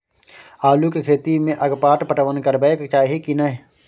आलू के खेती में अगपाट पटवन करबैक चाही की नय?